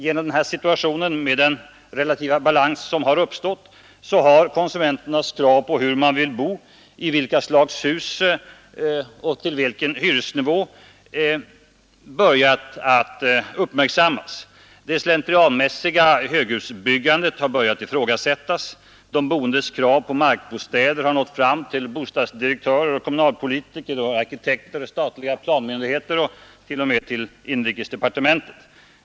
Genom den relativa balans som uppstått har konsumenternas krav när det gäller hur de vill bo, i vilket slags hus och till vilken hyra, helt börjat tas på allvar. Det slentrianmässiga höghusbyggandet har börjat ifrågasättas, de boendes krav på markbostäder har nått fram till bostadsdirektörer, kommunalpolitiker, arkitekter, statliga planmyndigheter och t.o.m. till inrikesdepartementet.